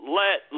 let